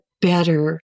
better